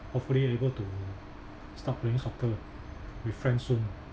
hopefully able to start playing soccer with friends soon